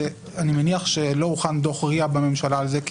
אני מניח שלא הוכן דו"ח RIA בממשלה על זה.